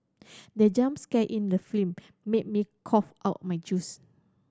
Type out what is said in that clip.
the jump scare in the film made me cough out my juice